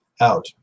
out